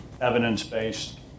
evidence-based